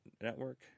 network